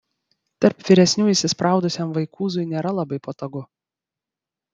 tarp vyresnių įsispraudusiam vaikūzui nėra labai patogu